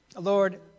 Lord